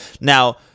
Now